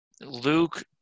Luke